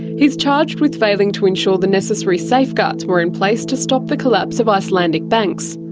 he is charged with failing to ensure the necessary safeguards were in place to stop the collapse of icelandic banks.